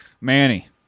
Manny